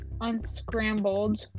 unscrambled